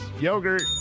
yogurt